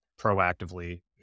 proactively